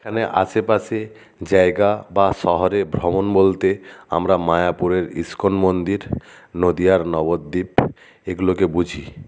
এখানে আশেপাশে জায়গা বা শহরে ভ্রমণ বলতে আমরা মায়াপুরের ইসকন মন্দির নদিয়ার নবদ্বীপ এগুলোকে বুঝি